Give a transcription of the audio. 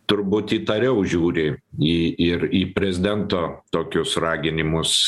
turbūt įtariau žiūri į ir į prezidento tokius raginimus